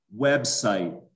website